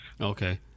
Okay